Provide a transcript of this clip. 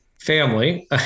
family